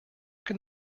can